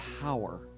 power